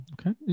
Okay